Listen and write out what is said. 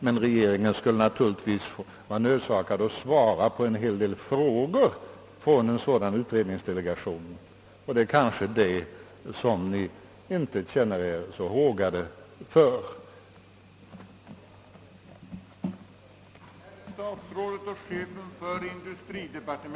Men regeringen skulle naturligtvis vara nödsakad att svara på en hel del frågor från en sådan utredningsdelegation. Det är kanske det som regeringen inte känner sig hågad att göra.